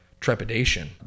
trepidation